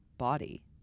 body